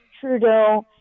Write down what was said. Trudeau